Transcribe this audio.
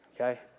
okay